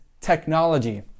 technology